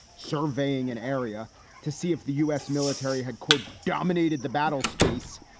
surveying an area to see if the u s. military had, quote, dominated the battle space,